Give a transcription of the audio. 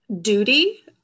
duty